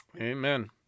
Amen